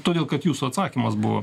todėl kad jūsų atsakymas buvo